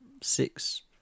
six